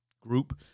group